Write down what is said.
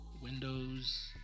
windows